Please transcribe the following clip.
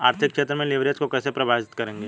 आर्थिक क्षेत्र में लिवरेज को कैसे परिभाषित करेंगे?